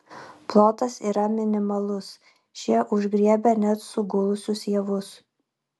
plotas yra minimalus šie užgriebia net sugulusius javus